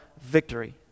victory